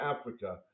Africa